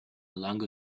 along